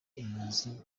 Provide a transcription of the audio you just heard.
impunzi